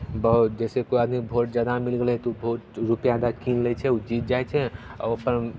बहुत जइसे कोइ आदमीके भोट जादा मिल गेलै तऽ ओ भोट रुपैआ दए कऽ कीन लैत छै ओ जीत जाइ छै आ ओ अपन